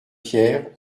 pierre